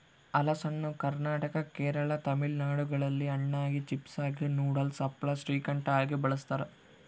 ಹಲಸನ್ನು ಕರ್ನಾಟಕ ಕೇರಳ ತಮಿಳುನಾಡುಗಳಲ್ಲಿ ಹಣ್ಣಾಗಿ, ಚಿಪ್ಸಾಗಿ, ನೂಡಲ್ಸ್, ಹಪ್ಪಳ, ಶ್ರೀಕಂಠ ಆಗಿ ಬಳಸ್ತಾರ